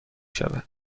شود